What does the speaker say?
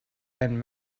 and